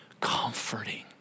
Comforting